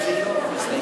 "קולולולו".